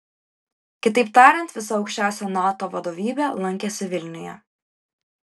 kitaip tariant visa aukščiausia nato vadovybė lankėsi vilniuje